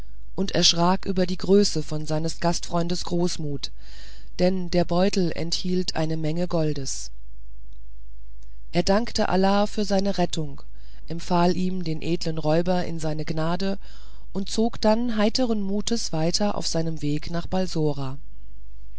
und erschrak über die größe von seines gastfreundes großmut denn der beutel enthielt eine menge goldes er dankte allah für seine rettung empfahl ihm den edlen räuber in seine gnade und zog dann heiteren mutes weiter auf seinem wege nach